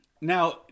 Now